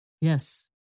Yes